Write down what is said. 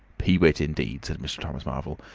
peewit, indeed! said mr. thomas marvel.